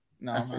No